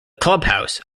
clubhouse